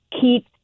keep